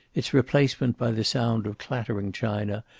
its replacement by the sound of clattering china,